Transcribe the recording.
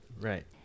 right